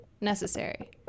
necessary